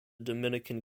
dominican